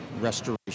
restoration